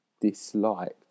disliked